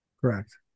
Correct